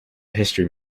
history